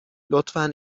لطفا